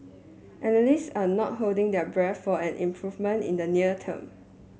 analysts are not holding their breath for an improvement in the near term